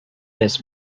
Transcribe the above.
this